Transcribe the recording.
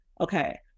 okay